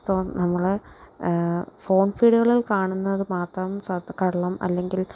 so നമ്മൾ phone ഫീഡുകളിൽ കാണുന്നത് മാത്രം കള്ളം അല്ലെങ്കിൽ